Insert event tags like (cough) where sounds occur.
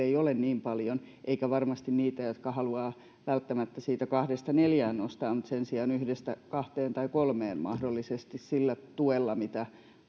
(unintelligible) ei ole niin paljon eikä varmasti niitä jotka haluavat välttämättä siitä kahdesta neljään nostaa mutta sen sijaan yhdestä kahteen tai mahdollisesti kolmeen nostajia olisi sillä tuella mitä